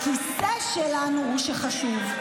הכיסא שלנו הוא שחשוב.